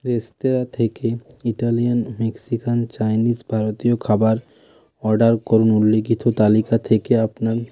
restaurant থেকে Italian Mexican Chinese ভারতীয় খাবার অর্ডার করুন উল্লেখিত তালিকা থেকে আপনার